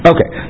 Okay